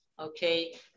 Okay